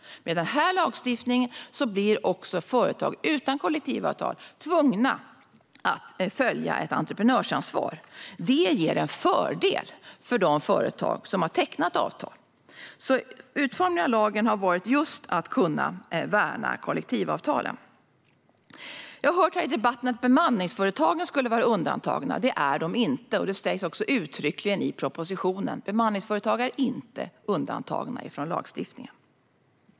Med den här lagstiftningen blir också företag utan kollektivavtal tvungna att följa ett entreprenörsansvar. Det ger en fördel för de företag som har tecknat avtal. Utformningen av lagen har varit just för att kunna värna kollektivavtalen. Jag har hört här i debatten att bemanningsföretagen skulle vara undantagna. Det är de inte. Det sägs också uttryckligen i propositionen. Bemanningsföretag är inte undantagna från lagstiftningen.